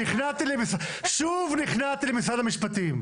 שוב נכנעתי למשרד המשפטים.